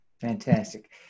Fantastic